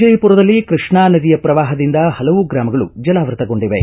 ವಿಜಯಪುರದಲ್ಲಿ ಕೈಷ್ಣಾ ನದಿಯ ಪ್ರವಾಹದಿಂದ ಹಲವು ಗ್ರಾಮಗಳು ಜಲಾವೃತಗೊಂಡಿವೆ